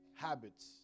habits